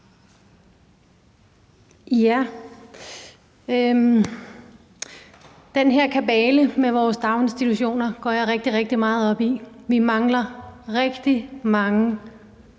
Den her kabale med vores daginstitutioner går jeg rigtig, rigtig meget op i. Vi mangler rigtig mange